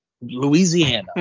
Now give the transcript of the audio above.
Louisiana